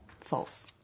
false